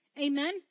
Amen